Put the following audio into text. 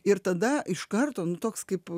ir tada iš karto nu toks kaip